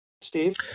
Steve